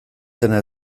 dena